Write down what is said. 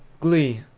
glee!